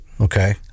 Okay